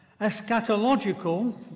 eschatological